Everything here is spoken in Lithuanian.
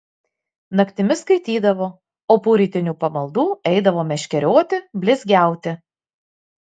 naktimis skaitydavo o po rytinių pamaldų eidavo meškerioti blizgiauti